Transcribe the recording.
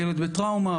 הילד בטראומה,